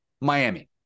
miami